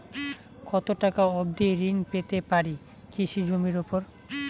কত টাকা অবধি ঋণ পেতে পারি কৃষি জমির উপর?